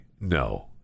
no